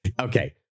Okay